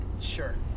sure